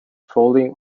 folding